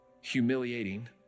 Humiliating